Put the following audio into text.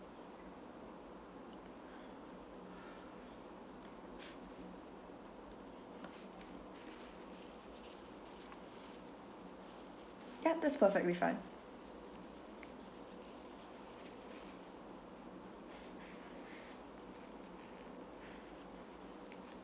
ya that's perfectly fine